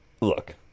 look